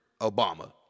Obama